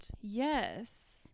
yes